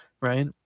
right